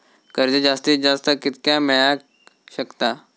कर्ज जास्तीत जास्त कितक्या मेळाक शकता?